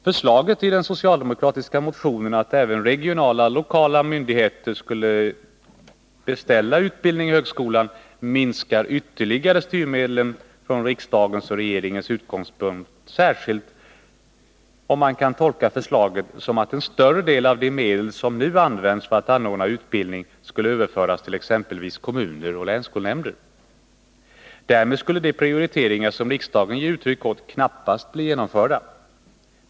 Förslaget i den socialdemokratiska motionen, att även regionala och lokala myndigheter skulle beställa utbildning i högskolan, minskar ytterligare styrmedlen från riksdagens och regeringens utgångspunkt, särskilt om man kan tolka förslaget så, att en större del av de medel som nu används för att anordna utbildning skulle överföras till exempelvis kommuner och länsskolnämnder. Därmed skulle de prioriteringar som riksdagen ger uttryck åt knappast bli genomförda.